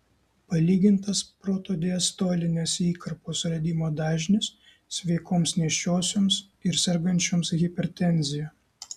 palygintas protodiastolinės įkarpos radimo dažnis sveikoms nėščiosioms ir sergančioms hipertenzija